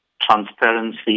transparency